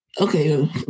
Okay